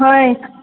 ꯍꯣꯏ